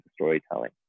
storytelling